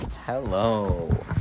Hello